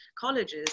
colleges